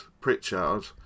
Pritchard